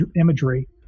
imagery